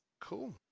cool